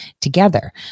together